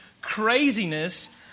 craziness